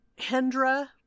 Hendra